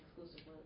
exclusive